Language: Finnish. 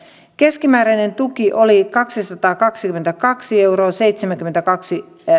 keskimääräinen tuki oli kaksisataakaksikymmentäkaksi pilkku seitsemänkymmentäkaksi